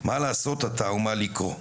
/ מה לעשות עתה ומה לקרוא,